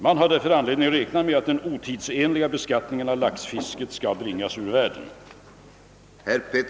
Man har därför anledning räkna med att den otidsenliga beskattningen av laxfisket skall bringas ur världen.